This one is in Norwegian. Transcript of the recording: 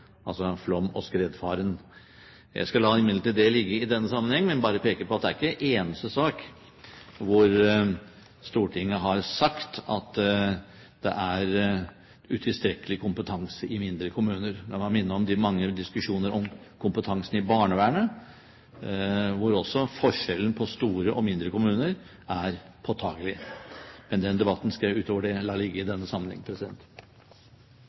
flom- og skredfaren. Jeg skal imidlertid la det ligge i denne sammenheng, men bare peke på at dette ikke er den eneste saken hvor Stortinget har sagt at det er utilstrekkelig kompetanse i mindre kommuner. La meg minne om de mange diskusjoner om kompetansen i barnevernet, hvor også forskjellen på store og mindre kommuner er påtagelig. Men utover det skal jeg la den debatten ligge i denne sammenheng.